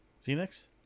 Phoenix